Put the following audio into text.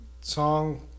song